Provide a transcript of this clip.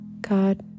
God